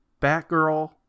batgirl